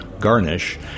garnish